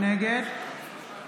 נגד